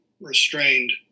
restrained